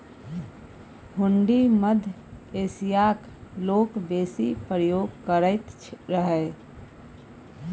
हुंडी मध्य एशियाक लोक बेसी प्रयोग करैत रहय